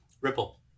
Ripple